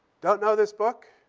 don't know this book?